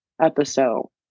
episode